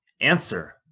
Answer